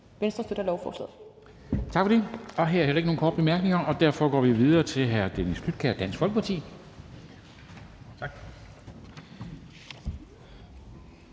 Dam Kristensen): Tak for det. Her er der heller ikke nogen korte bemærkninger, og derfor går vi videre til hr. Dennis Flydtkjær, Dansk Folkeparti. Kl.